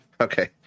Okay